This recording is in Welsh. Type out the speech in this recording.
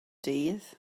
dydd